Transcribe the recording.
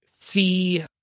see